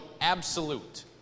absolute